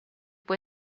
può